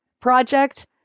project